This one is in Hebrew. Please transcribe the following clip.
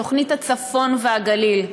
תוכנית הצפון והגליל.